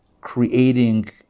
creating